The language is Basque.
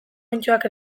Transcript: onddoak